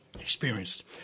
experienced